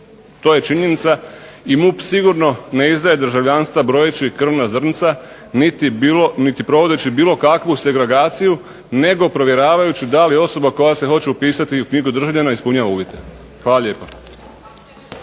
To je činjenica i MUP sigurno ne izdaje državljanstva brojeći krvna zrnca niti provodeći bilo kakvu segregaciju nego provjeravajući nego osoba koja se hoće u upitati u knjigu državljana ispunjavanja uvjete. Hvala lijepa.